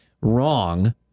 wrong